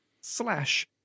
slash